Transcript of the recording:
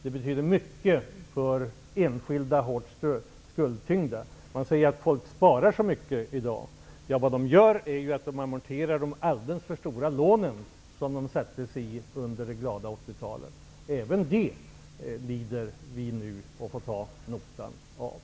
Det betyder mycket för enskilda hårt skuldtyngda personer. Man säger att folk sparar så mycket i dag. Vad de gör är att amortera de alldeles för stora lånen som de tog under det glada 80-talet. Även detta lider vi av nu, och nu får vi betala notan.